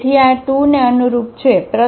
તેથી આ 2 ને અનુરૂપ છે